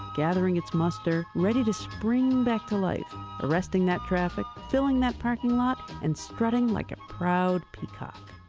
gathering its muster, ready to spring back to life, arresting that traffic, filling that parking lot and strutting like a proud peacock.